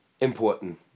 important